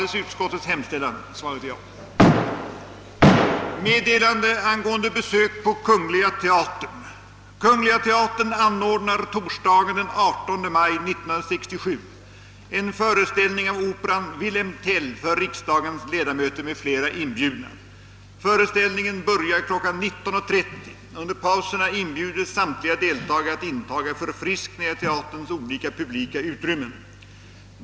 ran Wilhelm Tell för riksdagens ledamöter m.fl. inbjudna, Föreställningen börjar kl. 19.30. Under pauserna inbjudes samtliga deltagare att intaga förfriskningar i teaterns olika publika utrymmen.